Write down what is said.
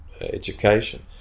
education